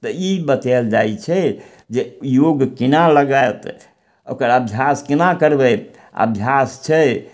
तऽ ई बतायल जाइ छै जे योग केना लगत ओकर अभ्यास केना करबय अभ्यास छै